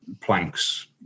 planks